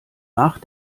nach